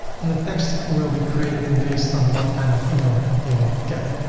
and the text will be created based on what kind of email they will get.